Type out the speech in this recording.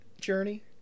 journey